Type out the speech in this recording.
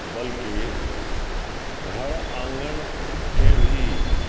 बल्कि घर आङ्गनके भी